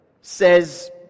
says